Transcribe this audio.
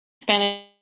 Spanish